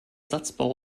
satzbau